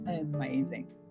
amazing